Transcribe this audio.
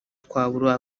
twabura